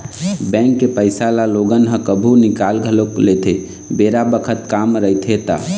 bank के पइसा ल लोगन ह कभु निकाल घलोक लेथे बेरा बखत काम रहिथे ता